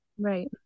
Right